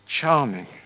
Charming